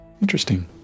Interesting